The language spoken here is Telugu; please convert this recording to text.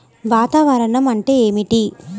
వాతావరణం అంటే ఏమిటి?